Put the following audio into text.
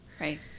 Right